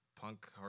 punk